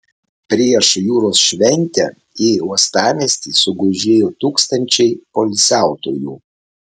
prieš jūros šventę į uostamiestį sugužėjo tūkstančiai poilsiautojų